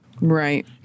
right